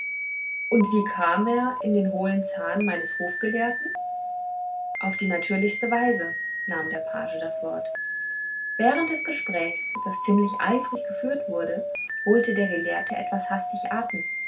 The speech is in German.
and wie kam er in den hohlen zahn meines hofgelehrten auf die natürlichste weise nahm der page das wort während des gesprächs das ziemlich eifrig geführt wurde holte der gelehrte etwas hastig atem